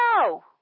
No